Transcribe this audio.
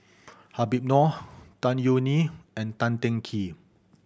Habib Noh Tan Yeok Nee and Tan Teng Kee